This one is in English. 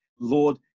Lord